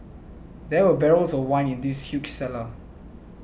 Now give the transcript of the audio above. there were barrels of wine in this huge cellar